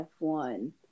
F1